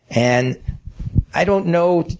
and i don't know,